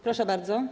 Proszę bardzo.